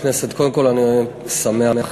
הכנסת, מפעל "נגב